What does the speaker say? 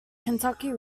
kentucky